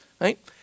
right